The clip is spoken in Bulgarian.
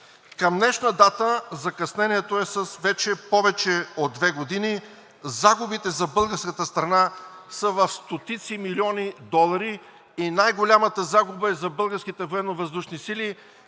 Към днешна дата закъснението е вече с повече от две години, загубите за българската страна са в стотици милиони долари и най голямата загуба е за българските Военновъздушни сили,